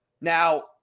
Now